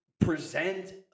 present